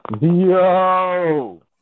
Yo